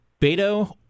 Beto